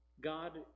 God